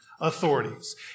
authorities